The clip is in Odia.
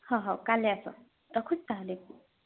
ହଁ ହଉ କାଲି ଆସ ରଖୁଛି ତାହେଲେ